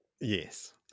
Yes